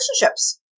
relationships